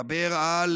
מדבר על